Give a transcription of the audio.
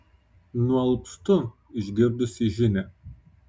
nualpstu išgirdusi žinią